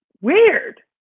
weird